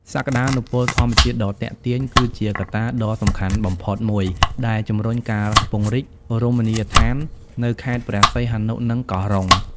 សក្តានុពលធម្មជាតិដ៏ទាក់ទាញ គឺជាកត្តាដ៏សំខាន់បំផុតមួយដែលជំរុញការពង្រីករមណីយដ្ឋាននៅខេត្តព្រះសីហនុ និងកោះរ៉ុង។